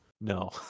No